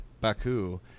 Baku